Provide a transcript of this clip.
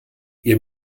ihr